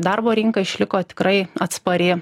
darbo rinka išliko tikrai atspari